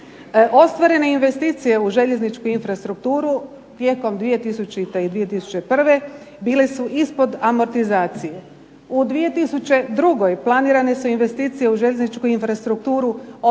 Ostvarene investicije u željezničku infrastrukturu tijekom 2000. i 2001. bile su ispod amortizacije. U 2002. planirane su investicije u željezničku infrastrukturu od